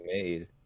made